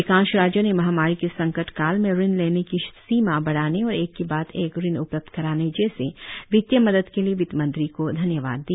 अधिकांश राज्यों ने महामारी के संकट काल में ऋण लेने की सीमा बढाने और एक के बाद एक ऋण उपलब्ध कराने जैसे वित्तीय मदद के लिए वित्त मंत्री को धन्यवाद दिया